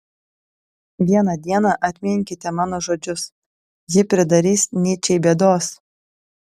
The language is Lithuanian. vieną dieną atminkite mano žodžius ji pridarys nyčei bėdos